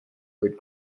good